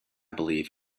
believe